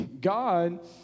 God